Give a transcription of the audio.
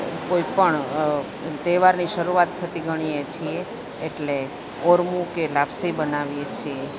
કોઈ પણ તહેવારની શરૂઆત થતી ગણીએ છીએ એટલે ઓરવું કે લાપસી બનાવીએ છીએ